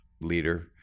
leader